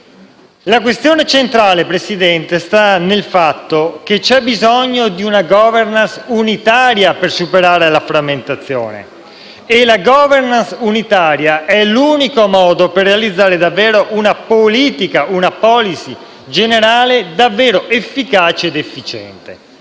La questione centrale, signor Presidente, sta nel fatto che c'è bisogno di una *governance* unitaria per superare la frammentazione, e la *governance* unitaria è l'unico modo per realizzare davvero una politica, una *policy* generale davvero efficace ed efficiente.